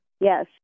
Yes